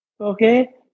okay